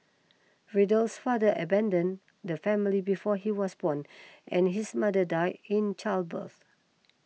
Riddle's father abandoned the family before he was born and his mother died in childbirth